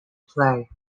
play